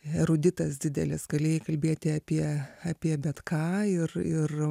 eruditas didelis galėjai kalbėti apie apie bet ką ir ir